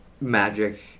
magic